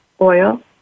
oil